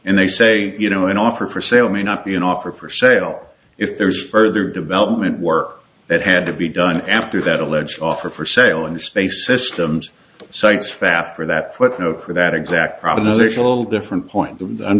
and they say you know an offer for sale may not be an offer for sale if there's further development work that had to be done after that alleged offer for sale and space systems sites faster that footnote for that exact problem is the actual different point